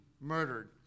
murdered